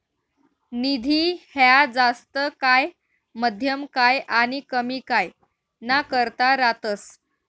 निधी ह्या जास्त काय, मध्यम काय आनी कमी काय ना करता रातस